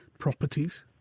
properties